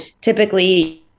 typically